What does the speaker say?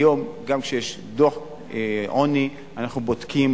היום גם כשיש דוח העוני אנחנו בודקים,